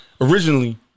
originally